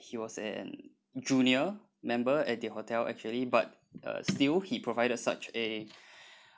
he was an junior member at the hotel actually but uh still he provide us such a